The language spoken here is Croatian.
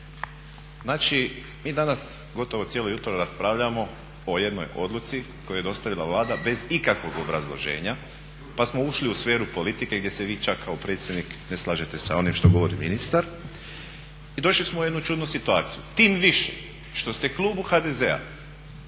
Znači mi danas gotovo cijelo jutro raspravljamo o jednoj odluci koju je dostavila Vlada bez ikakvog obrazloženja pa smo ušli u sferu politike gdje se vi čak kao predsjednik ne slažete s onim što govori ministar i došli smo u jednu čudnu situaciju. Tim više što ste klubu HDZ-a